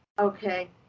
okay